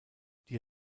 die